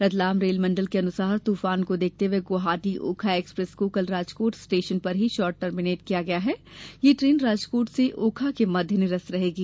रतलाम रेल मंडल के अनुसार तूफान को देखते हुए गुवाहाटी ओखा एक्सप्रेस को कल राजकोट स्टेशन पर ही शॉर्ट टर्मिनेट किया गया है तथा यह ट्रेन राजकोट से ओखा के मध्य निरस्त रहेगी